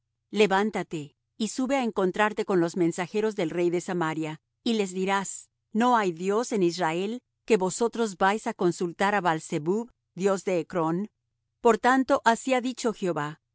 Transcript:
levántate y sube á encontrarte con los mensajeros del rey de samaria y les dirás no hay dios en israel que vosotros vais á consultar á baal zebub dios de ecrón por tanto así ha dicho jehová